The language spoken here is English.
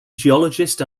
geologist